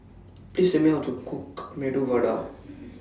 Please Tell Me How to Cook Medu Vada